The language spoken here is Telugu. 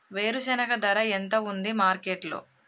వేరుశెనగ ధర ఎంత ఉంది మార్కెట్ లో?